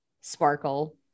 Sparkle